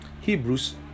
Hebrews